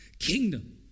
kingdom